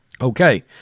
Okay